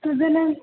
तदनन्तरम्